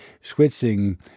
switching